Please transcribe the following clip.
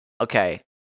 okay